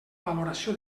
valoració